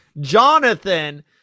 Jonathan